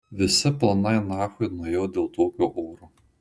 visi planai nachui nuėjo dėl tokio oro